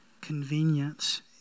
convenience